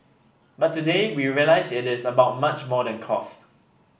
but today we realise it is about much more than cost